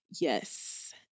yes